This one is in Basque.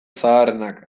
zaharrenak